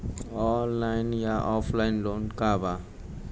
Online या offline loan का बा?